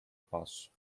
passo